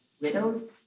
widowed